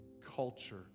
culture